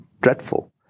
dreadful